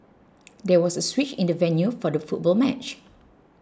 there was a switch in the venue for the football match